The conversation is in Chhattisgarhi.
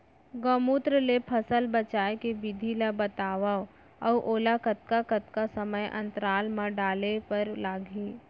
गौमूत्र ले फसल बचाए के विधि ला बतावव अऊ ओला कतका कतका समय अंतराल मा डाले बर लागही?